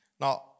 Now